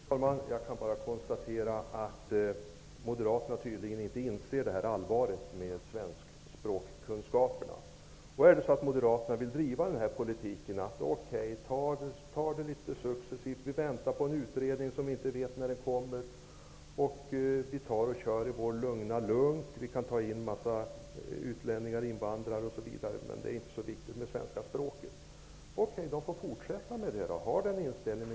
Herr talman! Jag konstaterar att moderaterna tydligen inte inser allvaret med kunskaper i svenska språket. Moderaterna vill driva den politiken att man tar det litet successivt och vill vänta på en utredning. Man kör i sin lugna lunk och tar in en massa invandrare. Det är inte så viktigt med svenska språket. Okej, låt moderaterna fortsätta med att ha den inställningen.